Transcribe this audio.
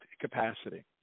capacity